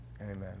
Amen